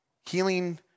healing